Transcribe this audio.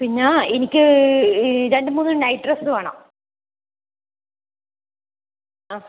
പിന്നെ എനിക്ക് രണ്ടു മൂന്നു നൈറ്റ് ഡ്രസ്സ് വേണം ആ